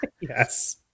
yes